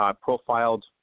profiled